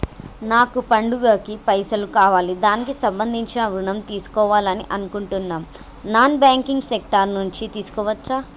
నాకు పండగ కి పైసలు కావాలి దానికి సంబంధించి ఋణం తీసుకోవాలని అనుకుంటున్నం నాన్ బ్యాంకింగ్ సెక్టార్ నుంచి తీసుకోవచ్చా?